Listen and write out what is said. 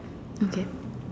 okay